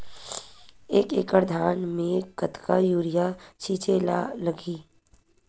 एक एकड़ धान में कतका यूरिया छिंचे ला लगही?